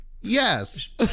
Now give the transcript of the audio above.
Yes